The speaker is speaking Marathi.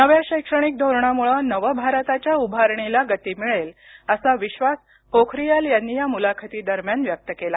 नव्या शैक्षणिक धोरणामुळे नवभारताच्या उभारणिला गती मिळेल असा विश्वास पोखरियाल यांनी या मुलाखती दरम्यान व्यक्त केला